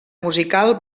musical